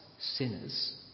sinners